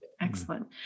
Excellent